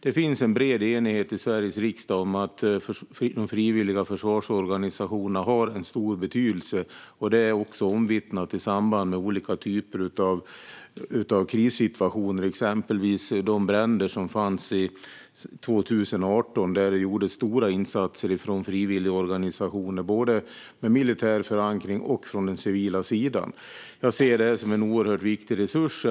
Det finns en bred enighet i Sveriges riksdag om att de frivilliga försvarsorganisationerna har en stor betydelse. Det är också omvittnat i samband med olika typer av krissituationer, exempelvis de bränder som förekom 2018 där det gjordes stora insatser från frivilligorganisationer, både med militär förankring och från den civila sidan. Jag ser detta som en oerhört viktig resurs.